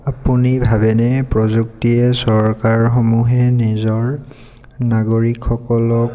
আপুনি ভাবেনে প্ৰযুক্তিয়ে চৰকাৰসমূহে নিজৰ নাগৰিকসকলক